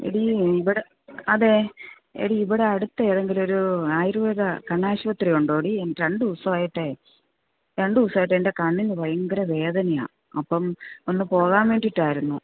എടീ ഇവിടെ അതെ എടീ ഇവിടെ അടുത്ത് ഏതെങ്കിലും ഒരു ആയൂർവേദ കണ്ണാശുപത്രി ഉണ്ടൊടീ എനിക്ക് രണ്ട് ദിവസം ആയിട്ടെ രണ്ട് ദിവസം ആയിട്ടെ എൻ്റെ കണ്ണിനു ഭയങ്കര വേദനയാണ് അപ്പം ഒന്ന് പോകാൻ വേണ്ടിയിട്ടായിരുന്നു